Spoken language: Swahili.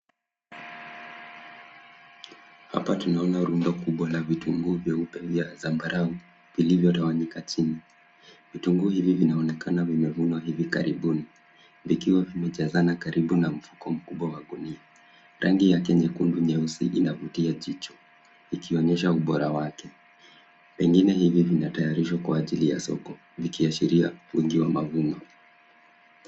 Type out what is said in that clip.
Hapa tunaona rundo kubwa la vitunguu vyeupe vya zambarau vilivyo tawanyika chini. Vitunguu hivi vinaonekana vimevunwa hivi karibuni vikiwa vimejazana karibu na mfuko mkubwa wa gunia. Rangi yake nyekundu-nyeusi inavutia jicho ikionyesha ubora wake pengine hivi vinatayarishwa kwa ajili ya soko vikiashiria wingi wa mavuno.